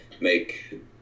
make